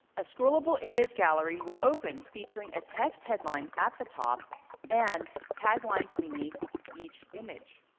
a scrollable image gallery will open featuring a text headline at the top and taglines beneath each image.